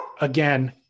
again